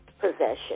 possession